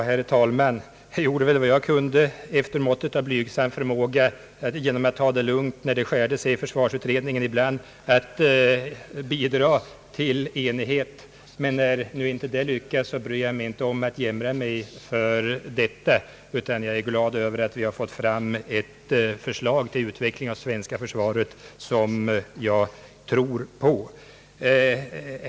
Herr talman! Jag gjorde väl vad jag kunde efter måttet av blygsam förmåga genom att ta det lugnt när det ibland skar sig i försvarsutredningen i min strävan att bidra till enighet. När nu inte detta lyckades bryr jag mig inte om att jämra mig utan är glad över att vi har fått fram ett förslag till utveckling av det svenska försvaret som jag tror på.